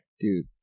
Dude